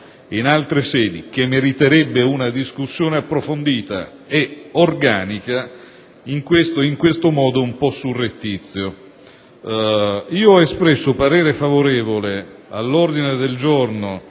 in altre sedi e che meriterebbe una discussione approfondita ed organica, in un modo un po' surrettizio. Ho espresso parere favorevole sull'ordine del giorno